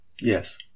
Yes